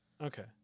okay